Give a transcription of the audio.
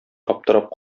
аптырап